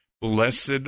Blessed